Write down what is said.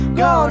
go